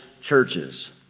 churches